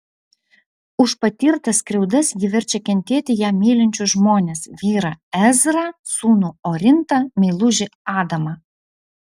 už patirtas skriaudas ji verčia kentėti ją mylinčius žmones vyrą ezrą sūnų orintą meilužį adamą